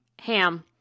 ham